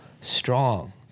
strong